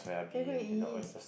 can we go and eat